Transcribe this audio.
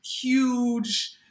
huge